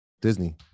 Disney